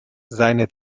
seine